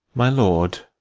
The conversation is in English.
my lord,